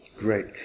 Great